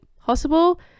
possible